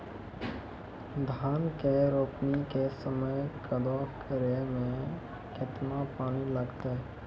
धान के रोपणी के समय कदौ करै मे केतना पानी लागतै?